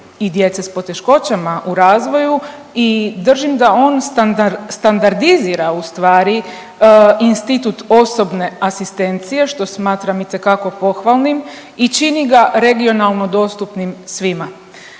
i djece s poteškoćama u razvoju i držim da on standardizira ustvari institut osobne asistencije, što smatram itekako pohvalnim i čini ga regionalno dostupnim svima